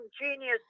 genius